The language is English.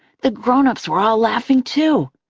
the grown-ups were all laughing, too.